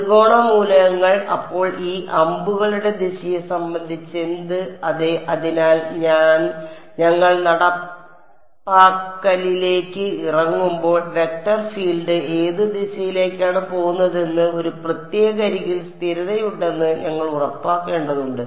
ത്രികോണ മൂലകങ്ങൾ അപ്പോൾ ഈ അമ്പുകളുടെ ദിശയെ സംബന്ധിച്ചെന്ത് അതെ അതിനാൽ ഞങ്ങൾ നടപ്പാക്കലിലേക്ക് ഇറങ്ങുമ്പോൾ വെക്റ്റർ ഫീൽഡ് ഏത് ദിശയിലേക്കാണ് പോകുന്നതെന്ന് ഒരു പ്രത്യേക അരികിൽ സ്ഥിരതയുണ്ടെന്ന് ഞങ്ങൾ ഉറപ്പാക്കേണ്ടതുണ്ട്